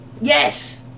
Yes